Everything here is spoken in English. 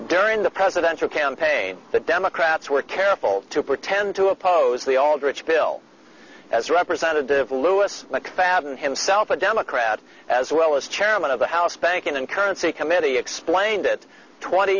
during the presidential campaign the democrats were careful to pretend to oppose the aldrich bill as representative louis mcfadden himself a democrat as well as chairman of the house banking and currency committee explained it twenty